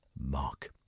mark